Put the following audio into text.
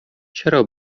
چرا